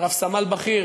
רב-סמל בכיר